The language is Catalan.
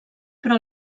però